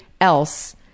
else